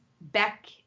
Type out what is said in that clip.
Beck